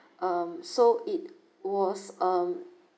um so it was um